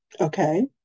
Okay